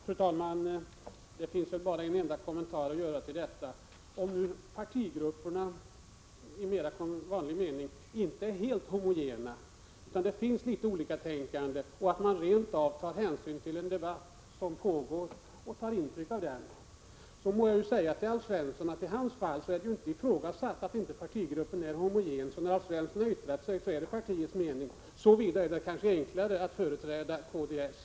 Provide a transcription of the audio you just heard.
Fru talman! Det finns väl bara en enda kommentar att göra till detta. Om nu partigrupperna i vanlig mening inte är helt homogena utan det finns de som är litet oliktänkande, och om man rent av tar intryck av den debatt som pågår, så må jag säga till Alf Svensson att det i hans fall inte är ifrågasatt att partigruppen är homogen. När Alf Svensson har yttrat sig så är det partiets mening. Så till vida är det kanske enklare att företräda kds.